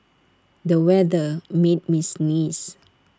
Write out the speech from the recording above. the weather made me sneeze